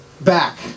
back